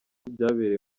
byabereye